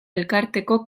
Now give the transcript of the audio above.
elkarteko